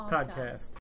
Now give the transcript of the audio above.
Podcast